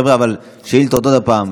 חבר'ה, אבל שאילתות, עוד הפעם.